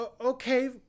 okay